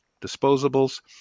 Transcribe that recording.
disposables